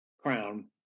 crown